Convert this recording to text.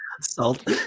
salt